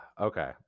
Okay